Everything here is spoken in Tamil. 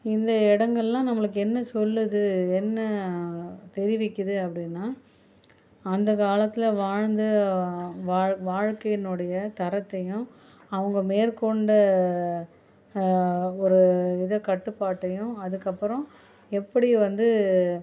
இந்த இடங்கள்லாம் நம்மளுக்கு என்ன சொல்லுது என்ன தெரிவிக்குது அப்படின்னா அந்த காலத்தில் வாழ்ந்த வாழ் வாழ்க்கையினுடைய தரத்தையும் அவங்க மேற்கொண்ட ஒரு இதை கட்டுப்பாட்டையும் அதுக்கு அப்புறம் எப்படி வந்து